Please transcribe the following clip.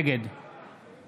נגד